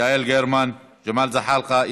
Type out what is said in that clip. יעל גרמן, ג'מאל זחאלקה.